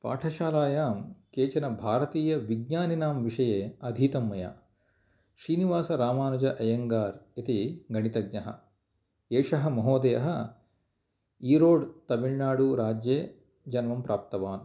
पाठशालायां केचन भारतीयविज्ञानिनां विषये अधीतं मया श्रीनिवासरामानुज अय्यङ्गार् इति गणितज्ञः एषः महोदयः ईरोड् तमिलनाडुराज्ये जन्मं प्राप्तवान्